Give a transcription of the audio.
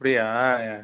அப்படியா